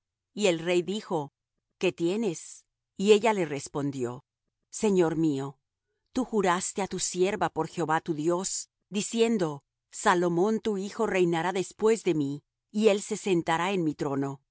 y el rey dijo qué tienes y ella le respondió señor mío tú juraste á tu sierva por jehová tu dios diciendo salomón tu hijo reinará después de mí y él se sentará en mi trono y